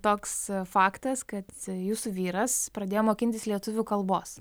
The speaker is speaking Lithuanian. toks faktas kad jūsų vyras pradėjo mokintis lietuvių kalbos